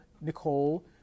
Nicole